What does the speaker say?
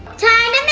time